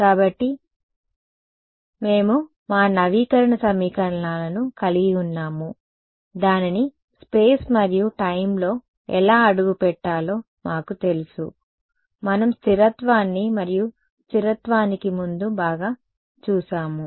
కాబట్టి మేము మా నవీకరణ సమీకరణాలను కలిగి ఉన్నాము దానిని స్పేస్ మరియు టైం లో ఎలా అడుగు పెట్టాలో మాకు తెలుసు మనం స్థిరత్వాన్ని మరియు స్థిరత్వానికి ముందు బాగా చూశాము